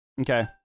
Okay